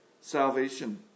salvation